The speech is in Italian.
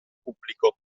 pubblico